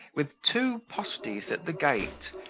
with two postis at the gait,